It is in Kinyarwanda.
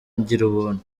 girubuntu